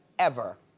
ever.